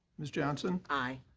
ms. johnson. aye.